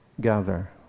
gather